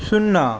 సున్నా